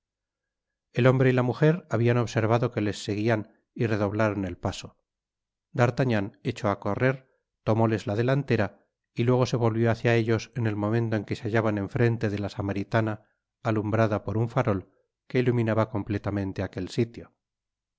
el hombre y la mujer habian observado que les seguian y redoblaron el paso d'artagnan echó á correr tomóles la delantera y luego se volvió liácia ellos en el momento en que se hallaban en frente de la samaritana alumbrada por un farol que iluminaba completamente aquel sitio et